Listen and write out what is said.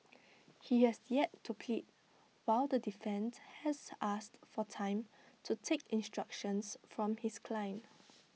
he has yet to plead while the defence has asked for time to take instructions from his client